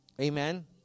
Amen